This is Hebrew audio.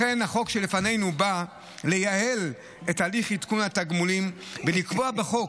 לכן החוק שלפנינו בא לייעל את תהליך עדכון התגמולים ולקבוע בחוק